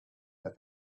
that